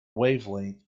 wavelength